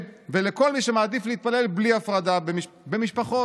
ולכל מי שמעדיף להתפלל בלי הפרדה ומשפחות".